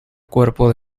cuerpo